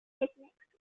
picnics